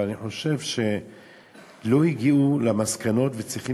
אבל אני חושב שלא הגיעו למסקנות וצריכים